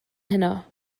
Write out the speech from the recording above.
heno